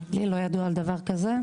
לי לא ידוע על דבר כזה,